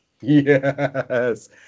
yes